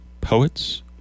poets